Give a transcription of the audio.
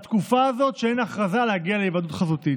בתקופה הזאת שאין הכרזה, להגיע להיוועדות חזותית.